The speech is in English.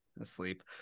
asleep